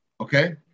okay